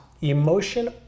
emotion